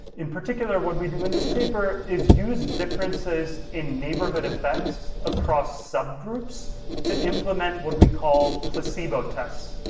in particular, what we do in this paper is use differences in neighborhoods effects across subgroups to implement what we call placebo tests.